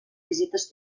visites